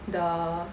the